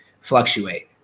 fluctuate